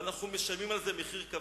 ואנחנו משלמים על זה מחיר כבד.